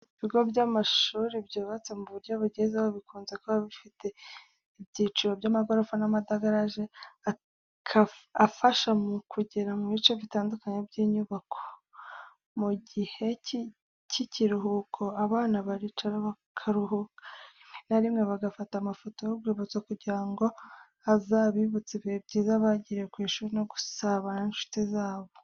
Ibigo by'amashuri byubatswe mu buryo bugezweho bikunze kuba bifite ibyiciro by'amagorofa n'amadarage, afasha mu kugera mu bice bitandukanye by'inyubako. Mu gihe cy'ikiruhuko, abana baricara bakaruhuka, rimwe na rimwe bagafata amafoto y'urwibutso, kugira ngo azabibutse ibihe byiza bagiriye ku ishuri no gusabana n'inshuti zabo.